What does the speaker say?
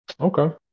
Okay